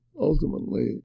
ultimately